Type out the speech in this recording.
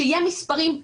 שיהיו מספרים.